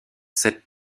cette